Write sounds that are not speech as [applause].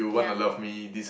ya [breath]